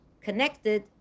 connected